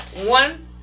One